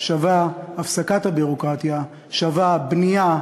שווה הפסקת הביורוקרטיה, שווה בנייה,